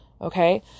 Okay